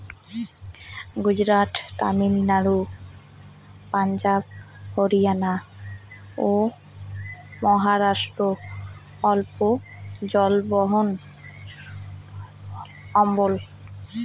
গুজরাট, তামিলনাড়ু, পাঞ্জাব, হরিয়ানা ও মহারাষ্ট্র অল্প জলবহুল অঞ্চল